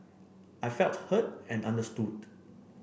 I felt heard and understood